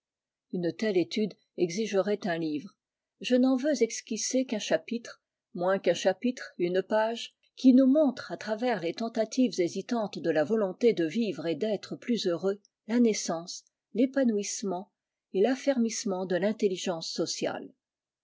une telle étude exigerait un livre je n'en veux esquisser qu'un chapitre moins qu'un chapitre une page qui nous montre à travers les tentatives hésitantes de la volonté de vivre et d'être plus heureux la naissance l'épanouissement et l'affermissement de l'intelligence sociale